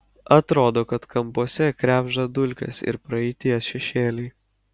atrodo kad kampuose krebžda dulkės ir praeities šešėliai